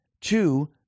two